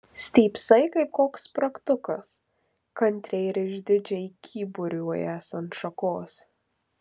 stypsai kaip koks spragtukas kantriai ir išdidžiai kyburiuojąs ant šakos